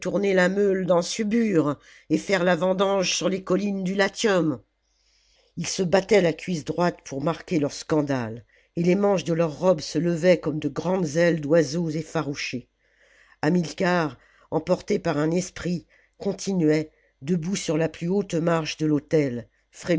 la meule dans suburre et faire la vendange sur les collines du latium ils se battaient la cuisse droite pour marquer leur scandale et les manches de leurs robes se levaient comme de grandes ailes d'oiseaux effarouchés hamilcar emporté par un esprit continuait debout sur la plus haute marche de l'autel